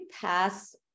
pass